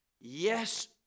Yes